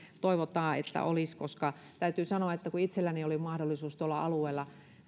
toivotaan että olisi koska täytyy sanoa että kun itselläni oli mahdollisuus tuolla alueella